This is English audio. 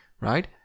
right